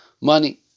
money